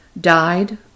died